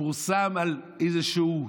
פורסם על איזשהו,